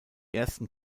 ersten